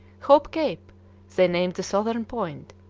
hope cape they named the southern point,